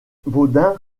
baudin